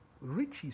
riches